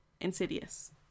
Insidious